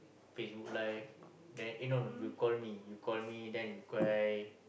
Facebook Live then eh no no you call me you call me then you cry